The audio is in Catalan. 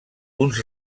uns